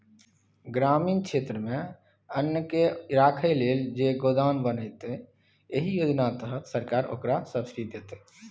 ग्रामीण क्षेत्रमे अन्नकेँ राखय लेल जे गोडाउन बनेतै एहि योजना तहत सरकार ओकरा सब्सिडी दैतै